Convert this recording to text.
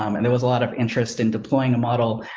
um and there was a lot of interest in deploying a model